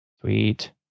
Sweet